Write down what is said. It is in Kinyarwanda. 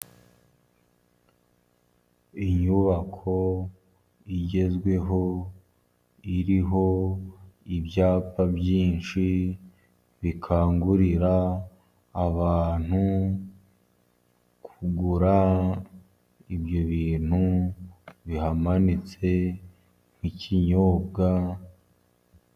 Inyubako igezweho iriho ibyapa byinshi , bikangurira abantu kugura ibyo bintu bihamanitse nk'ikinyobwa.